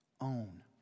own